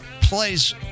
plays